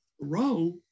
row